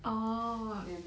then